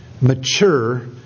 mature